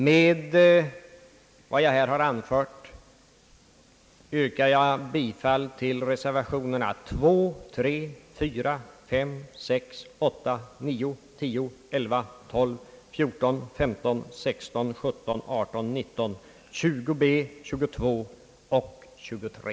Med vad jag nu har anfört yrkar jag bifall till reservationerna 2, 3, 4, 5, 6, 8, 9, 10, 11, 12, 14, 15, 16, 17, 18, 19, 20 b, 22 och 23.